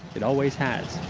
it always has